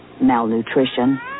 malnutrition